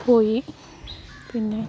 പോയി പിന്നെ